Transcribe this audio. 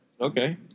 Okay